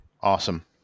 Awesome